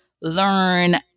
learn